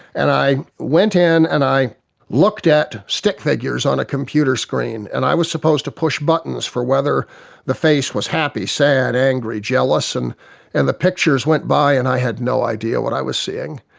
and i went in and i looked at stick figures on a computer screen and i was supposed to push buttons for whether the face was happy, sad, angry, jealous. and and the pictures went by and i had no idea what i was seeing.